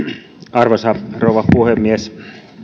arvoisa rouva puhemies